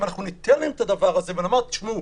אם אנחנו ניתן לציבור את הדבר הזה ונאמר: "תשמעו,